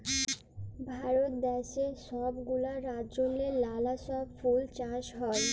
ভারত দ্যাশে ছব গুলা রাজ্যেল্লে লালা ছব ফুল চাষ হ্যয়